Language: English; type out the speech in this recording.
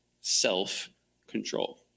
self-control